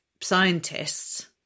scientists